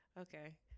Okay